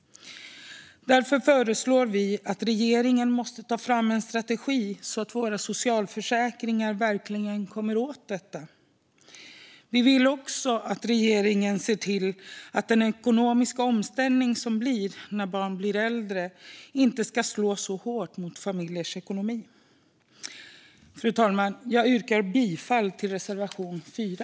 Därför föreslår vi att regeringen ska ta fram en strategi så att våra socialförsäkringar verkligen kommer åt detta. Vi vill också att regeringen ser till att den ekonomiska omställning som sker när barn blir äldre inte ska slå så hårt mot familjers ekonomi. Fru talman! Jag yrkar bifall till reservation 4.